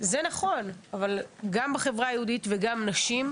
אבל זה לא רק בחברה הערבית אלא גם בחברה היהודית וגם נשים,